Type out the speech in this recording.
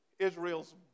Israel's